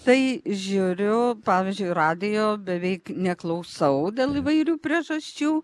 tai žiūriu pavyzdžiui radijo beveik neklausau dėl įvairių priežasčių